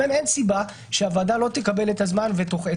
אין סיבה שהוועדה לא תקבל את הזמן ואת